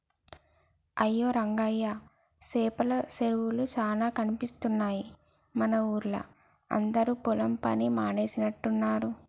అయ్యో రంగయ్య సేపల సెరువులే చానా కనిపిస్తున్నాయి మన ఊరిలా అందరు పొలం పని మానేసినట్టున్నరు